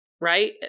Right